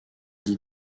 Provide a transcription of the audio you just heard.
dit